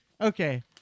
Okay